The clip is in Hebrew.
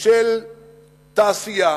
של תעשייה